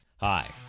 Hi